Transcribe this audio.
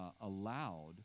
allowed